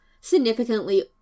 significantly